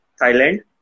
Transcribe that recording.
Thailand